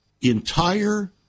entire